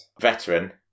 veteran